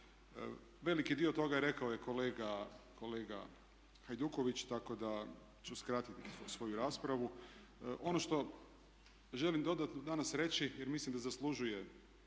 Veliki dio toga rekao je kolega Hajduković, tako da ću skratiti svoju raspravu. Ono što želim dodatno danas reći, jer mislim da zaslužuje